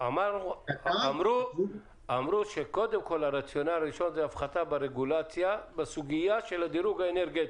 אמרו שהרציונל הראשון זה הפחתה ברגולציה בסוגיה של הדירוג האנרגטי.